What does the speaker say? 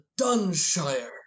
Dunshire